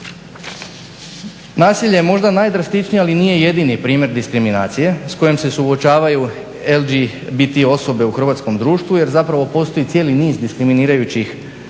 Nasilje je možda najdrastičnija, ali nije jedini primjer diskriminacije s kojom se suočavaju LGBT osobe u hrvatskom društvu, jer zapravo postoji cijeli niz diskriminirajućih